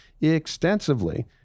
extensively